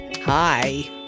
Hi